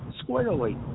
squarely